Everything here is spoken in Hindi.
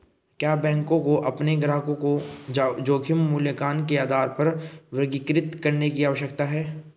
क्या बैंकों को अपने ग्राहकों को जोखिम मूल्यांकन के आधार पर वर्गीकृत करने की आवश्यकता है?